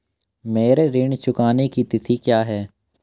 मेरे ऋण चुकाने की तिथि क्या है?